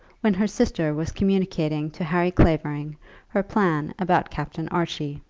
when her sister was communicating to harry clavering her plan about captain archie.